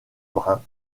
brun